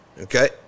Okay